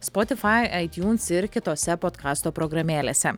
spotifai aitiuns ir kitose podkasto programėlėse